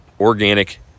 organic